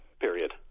period